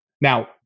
Now